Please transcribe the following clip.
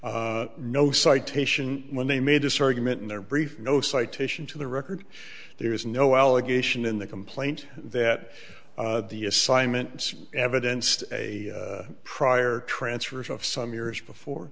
no citation when they made this argument in their brief no citation to the record there is no allegation in the complaint that the assignment evidence to a prior transfers of some years before